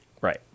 right